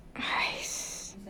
!hais!